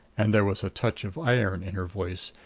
and there was a touch of iron in her voice.